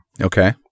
Okay